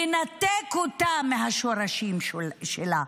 לנתק אותה מהשורשים שלה,